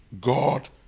God